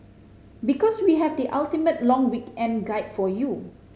because we have the ultimate long weekend guide for you